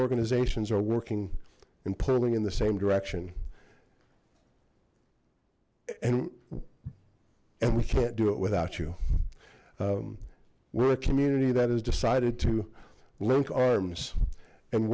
organizations are working and pulling in the same direction and and we can't do it without you we're a community that has decided to link arms and